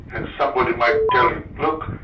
and somebody might tell him look,